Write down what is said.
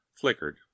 flickered